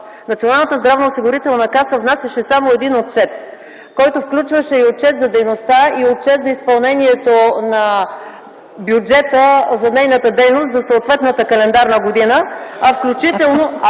Националната здравноосигурителна каса внасяше само един отчет, който включваше и отчет за дейността, и отчет за изпълнението на бюджета за нейната дейност за съответната календарна година ...